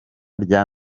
rya